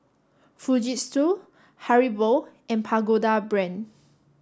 Fujitsu Haribo and Pagoda Brand